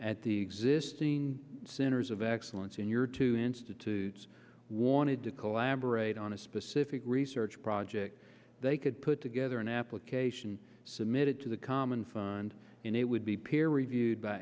at the existing centers of excellence in your two institutes wanted to collaborate on a specific research project they could put together an application submitted to the common fund and it would be peer reviewed by